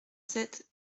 sept